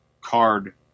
card